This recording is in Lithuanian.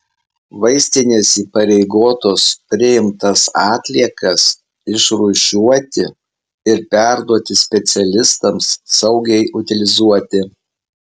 vaistinės įpareigotos priimtas atliekas išrūšiuoti ir perduoti specialistams saugiai utilizuoti